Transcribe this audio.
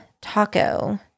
taco